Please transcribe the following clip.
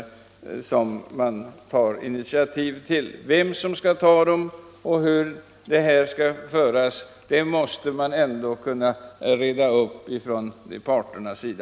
Vem som skall ta initiativ till sådana förhandlingar och hur de skall föras måste parterna själva bestämma.